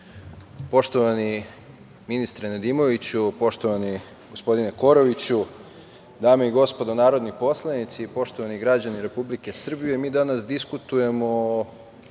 ministre Nedimoviću, poštovani gospodine Koroviću, dame i gospodo narodni poslanici i poštovani građani Republike Srbije, mi danas diskutujemo